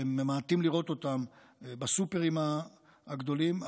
שממעטים לראות אותם בסופרים הגדולים.